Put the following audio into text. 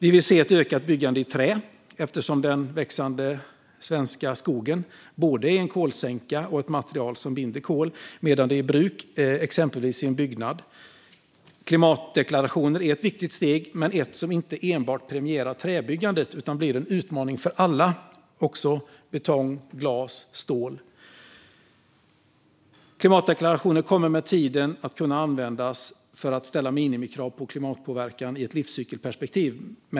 Vi vill se ett ökat byggande i trä, eftersom den växande svenska skogen både är en kolsänka och ett material som binder kol medan det är i bruk, exempelvis i en byggnad. Klimatdeklarationer är ett viktigt steg men ett som inte enbart premierar träbyggandet utan blir en utmaning för alla, också för byggande i betong, glas och stål. Klimatdekarationer kommer med tiden att kunna användas för att ställa minimikrav på klimatpåverkan i ett livscykelperspektiv.